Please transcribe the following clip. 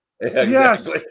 Yes